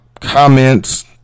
comments